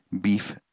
beef